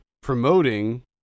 promoting